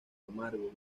camargo